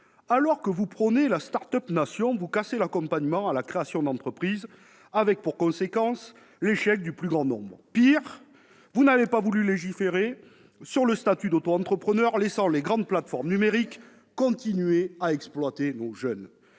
Alors que vous prônez la, vous brisez l'accompagnement à la création d'entreprises, avec pour conséquence l'échec du plus grand nombre. Pis, vous n'avez pas voulu légiférer sur le statut d'auto-entrepreneur, laissant les grandes plateformes numériques continuer à exploiter nos jeunes.